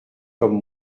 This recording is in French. comme